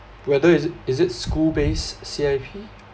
whether is it is it school based C_I_P